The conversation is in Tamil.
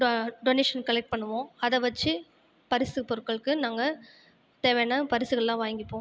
டொனேஷன் கலெக்ட் பண்ணுவோம் அதை வைச்சு பரிசுப் பொருட்களுக்கு நாங்கள் தேவையான பரிசுகள்லாம் வாங்கிப்போம்